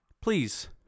Please